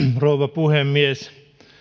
rouva puhemies